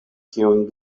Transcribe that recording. kiujn